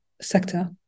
sector